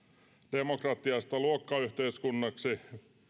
demokratiasta luokkayhteiskunnaksi